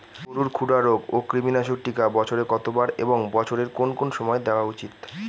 গরুর খুরা রোগ ও কৃমিনাশক টিকা বছরে কতবার এবং বছরের কোন কোন সময় দেওয়া উচিৎ?